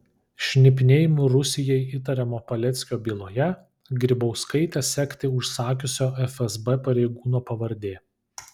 šnipinėjimu rusijai įtariamo paleckio byloje grybauskaitę sekti užsakiusio fsb pareigūno pavardė